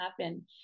happen